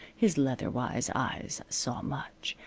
his leather-wise eyes saw much,